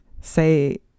Say